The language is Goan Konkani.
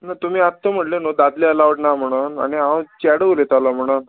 ना तुमी आत्तां म्हटलें न्हू दादलें अलावड ना म्हणून आनी हांव चेडो उलयतालो म्हणून